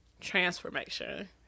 Transformation